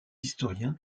historiens